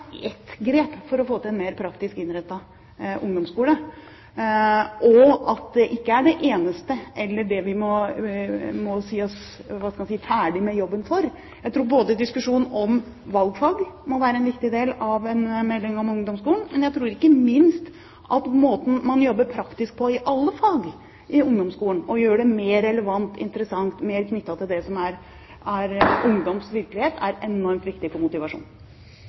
ett grep for å få til en mer praktisk innrettet ungdomsskole, og at det ikke er det eneste, eller at vi kan si oss ferdig med jobben. Jeg tror diskusjonen om valgfag må være en viktig del av en melding om ungdomsskolen, men ikke minst at måten man jobber praktisk på i alle fag i ungdomsskolen og gjør det mer relevant, interessant og mer knyttet til det som er ungdoms virkelighet, er enormt viktig for motivasjonen.